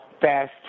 fast